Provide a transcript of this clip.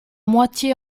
moitié